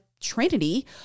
Trinity